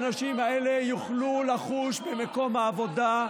כדי שהאנשים האלה יוכלו לחוש במקום העבודה,